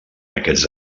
aquests